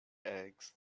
eggs